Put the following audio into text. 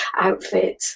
outfit